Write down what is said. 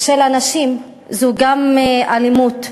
של הנשים, גם זו אלימות.